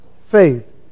faith